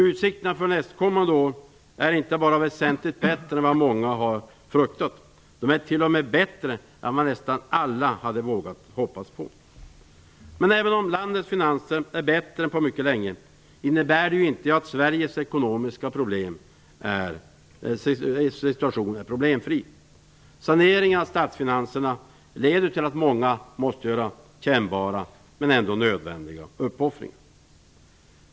Utsikterna för nästkommande år är inte bara väsentligt bättre än vad många har fruktat - de är t.o.m. bättre än vad nästan alla hade vågat hoppas på. Även om landets finanser är bättre än på mycket länge, innebär det inte att Sveriges ekonomiska situation är problemfri. Saneringen av statsfinanserna leder till att många måste göra kännbara men ändå nödvändiga uppoffringar.